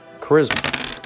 Charisma